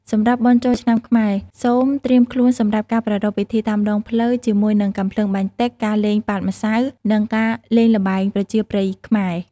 សម្រាប់បុណ្យចូលឆ្នាំខ្មែរ សូមត្រៀមខ្លួនសម្រាប់ការប្រារព្ធពិធីតាមដងផ្លូវជាមួយនឹងកាំភ្លើងបាញ់ទឹក ការលេងប៉ាតម្សៅ និងការលែងល្បែងប្រជាប្រិយខ្មែរ។